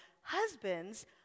Husbands